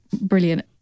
brilliant